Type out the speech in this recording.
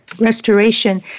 restoration